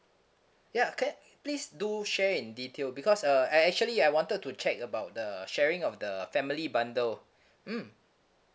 ya can please do share in detail because uh I actually I wanted to check about the sharing of the family bundle mm